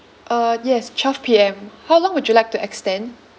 uh yes twelve P_M how long would you like to extend